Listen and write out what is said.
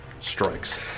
strikes